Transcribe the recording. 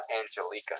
Angelica